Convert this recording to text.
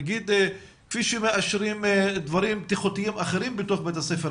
נגיד כפי שמאשרים דברים בטיחותיים אחרים בתוך בית הספר,